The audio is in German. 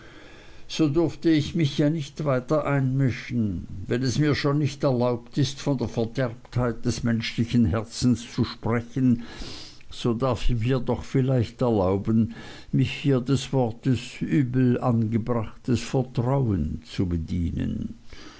so durfte ich mich ja nicht weiter einmischen wenn es mir schon nicht erlaubt ist von der verderbtheit des menschlichen herzens zu sprechen so darf ich mir doch vielleicht erlauben mich hier des wortes übel angebrachtes vertrauen zu bedienen